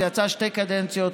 וזה יצא שתי קדנציות